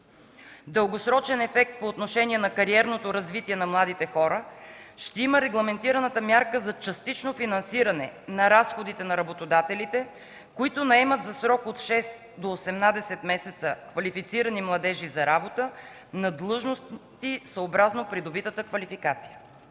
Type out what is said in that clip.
Дългосрочен ефект по отношение на кариерното развитие на младите хора ще има регламентираната мярка за частично финансиране на разходите на работодателите, които наемат за срок от 6 до 18 месеца квалифицирани младежи за работа на длъжности съобразно придобитата квалификация.